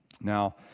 Now